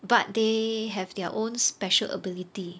but they have their own special ability